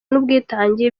n’ubwitange